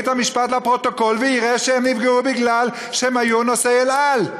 בית-המשפט ויראה שהם נפגעו מפני שהם היו נוסעי "אל על",